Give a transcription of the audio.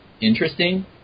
interesting